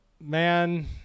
man